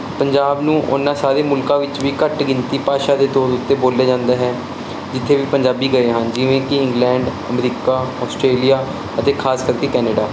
ਪੰਜਾਬ ਨੂੰ ਉਨਾਂ ਸਾਰੇ ਮੁਲਕਾਂ ਵਿੱਚ ਵੀ ਘੱਟ ਗਿਣਤੀ ਭਾਸ਼ਾ ਦੇ ਤੌਰ ਉੱਤੇ ਬੋਲਿਆ ਜਾਂਦਾ ਹੈ ਜਿੱਥੇ ਵੀ ਪੰਜਾਬੀ ਗਏ ਹਨ ਜਿਵੇਂ ਕੀ ਇੰਗਲੈਂਡ ਅਮਰੀਕਾ ਆਸਟਰੇਲੀਆ ਅਤੇ ਖਾਸ ਕਰਕੇ ਕੈਨੇਡਾ